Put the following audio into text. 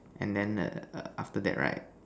and then err after that right